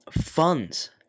funds